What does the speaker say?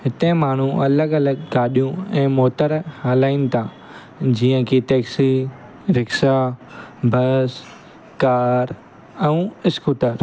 हिते माण्हू अलॻि अलॻि गाॾियूं ऐं मोतर हलाइनि था जीअं की टेक्सी रिक्शा बसि कारि ऐं इस्कूटर